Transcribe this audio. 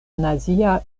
nazia